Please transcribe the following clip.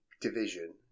division